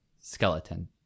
skeleton